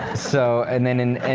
so and then in